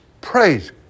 praise